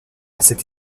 cette